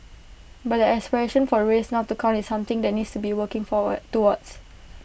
but the aspiration for race not to count is something that needs working forward towards